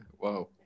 Wow